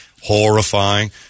Horrifying